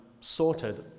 sorted